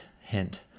hint